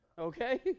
Okay